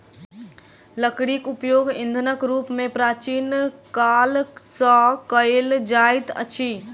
लकड़ीक उपयोग ईंधनक रूप मे प्राचीन काल सॅ कएल जाइत अछि